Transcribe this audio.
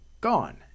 gone